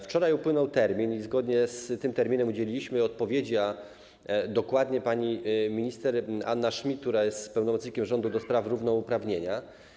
Wczoraj upłynął termin i zgodnie z tym terminem udzieliliśmy odpowiedzi, a dokładnie udzieliła jej pani minister Anna Szmidt, która jest pełnomocnikiem rządu do spraw równouprawnienia.